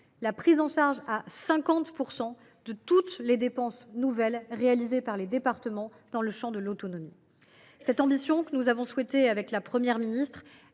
la prise en charge à 50 % de toutes les dépenses nouvelles réalisées par les départements dans le champ de l’autonomie. Cette ambition que la Première ministre